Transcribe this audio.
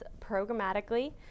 programmatically